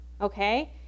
okay